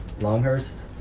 Longhurst